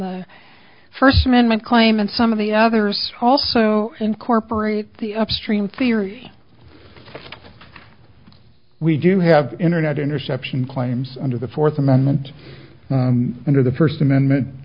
the first amendment claim and some of the others also incorporate the upstream theory we do have internet interception claims under the fourth amendment under the first amendment